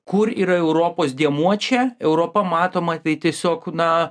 kur yra europos dėmuo čia europa matoma tai tiesiog na